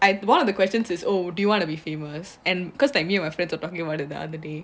I one of the questions is oh do you wanna be famous and cause like me my friends are talking about it the other day